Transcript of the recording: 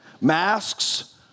Masks